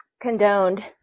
condoned